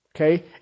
Okay